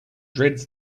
dreads